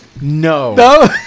No